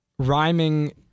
Rhyming